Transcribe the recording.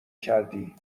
کردی